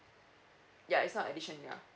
ya it's not addition ya